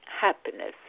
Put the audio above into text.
happiness